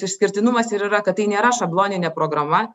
išskirtinumas ir yra kad tai nėra šabloninė programa